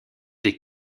des